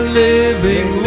living